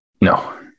No